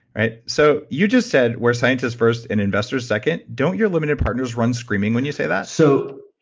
right? so you just said we're scientists first and investors second, don't your limited partners run screaming when you say that? so,